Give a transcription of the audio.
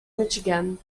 michigan